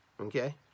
okay